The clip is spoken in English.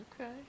Okay